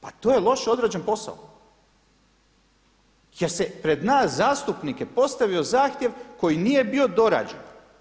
Pa to je loše odrađen posao jer se pred nas zastupnike postavio zahtjev koji nije bio dorađen.